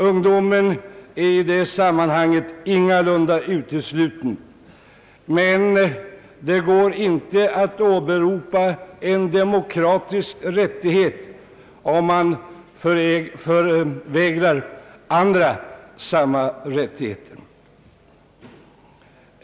Ungdomen är i det sammanhanget ingalunda utesluten. Men det går inte att åberopa en demokratisk rättighet om man förvägrar andra samma rättighet.